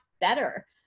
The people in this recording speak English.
better